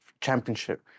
championship